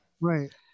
right